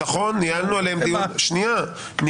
לקראת השנייה והשלישית.